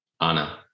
Anna